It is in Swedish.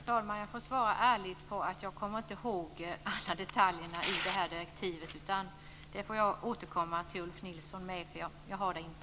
Fru talman! Jag får svara ärligt att jag inte kommer ihåg alla detaljer i detta direktiv. Jag får återkomma till Ulf Nilsson med detta.